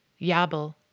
Yabel